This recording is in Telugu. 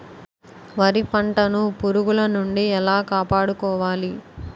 వరి పంటను పురుగుల నుండి ఎలా కాపాడుకోవాలి?